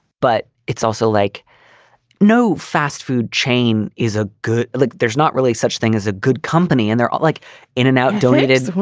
but it's also like no fast food chain is a good like there's not really such thing as a good company. and they're all like in and out doing it,